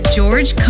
George